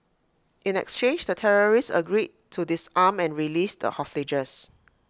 in exchange the terrorists agreed to disarm and released the hostages